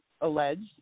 alleged